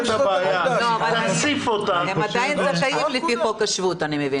--- הם עדיין זכאים לפי חוק השבות, אני מבינה.